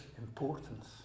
importance